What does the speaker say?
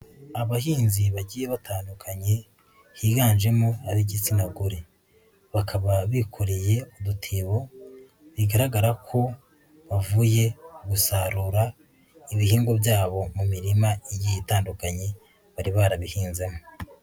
Abahinzi bagiye batandukanye higanjemo ab'igitsina gore, bakaba bikoreye udutebo bigaragara ko bavuye gusarura ibihingwa byabo mu mirima igiye itandukanye bari barabihinzemo.